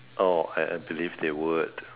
oh I I believe they would